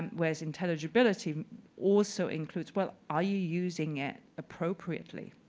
um whereas intelligibility also includes, well, are you using it appropriately?